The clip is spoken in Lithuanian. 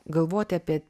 galvoti apie